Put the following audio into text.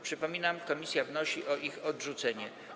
Przypominam, że komisja wnosi o ich odrzucenie.